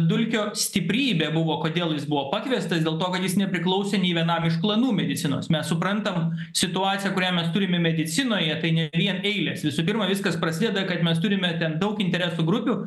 dulkio stiprybė buvo kodėl jis buvo pakviestas dėl to kad jis nepriklausė nė vienam iš klanų medicinos mes suprantam situaciją kurią mes turime medicinoje tai ne vien eilės visų pirma viskas prasideda kad mes turime ten daug interesų grupių